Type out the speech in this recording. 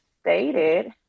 stated